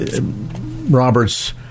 Robert's